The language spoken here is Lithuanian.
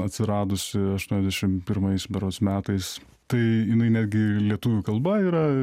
atsiradusi aštuoniasdešimt pirmais berods metais tai jinai netgi lietuvių kalba yra